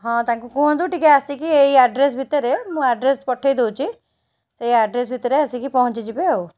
ହଁ ତାଙ୍କୁ କୁହନ୍ତୁ ଟିକେ ଆସିକି ଏଇ ଆଡ଼୍ରେସ ଭିତରେ ମୁଁ ଆଡ଼୍ରେସ ପଠାଇଦେଉଛି ସେଇ ଆଡ଼୍ରେସ ଭିତରେ ଆସିକି ପହଁଞ୍ଚିଯିବେ ଆଉ